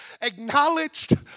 acknowledged